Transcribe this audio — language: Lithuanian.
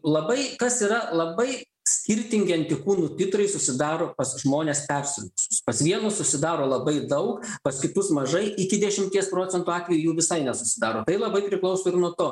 labai kas yra labai skirtingi antikūnų titrai susidaro pas žmones persirgusius pas vienus susidaro labai daug pas kitus mažai iki dešimties procentų atvejų jų visai nesusidaro tai labai priklauso ir nuo to